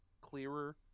clearer